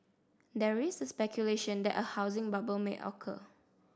there is a speculation that a housing bubble may occur